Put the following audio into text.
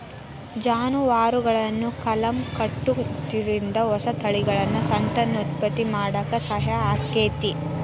ಜಾನುವಾರುಗಳನ್ನ ಕಲಂ ಕಟ್ಟುದ್ರಿಂದ ಹೊಸ ತಳಿಗಳನ್ನ ಸಂತಾನೋತ್ಪತ್ತಿ ಮಾಡಾಕ ಸಹಾಯ ಆಕ್ಕೆತಿ